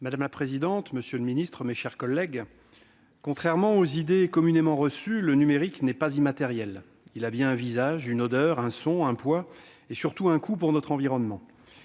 Madame la présidente, monsieur le secrétaire d'État, mes chers collègues, contrairement aux idées reçues, le numérique n'est pas immatériel. Il a bien un visage, une odeur, un son, un poids et surtout un coût pour notre environnement.